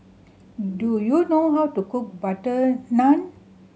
do you know how to cook butter naan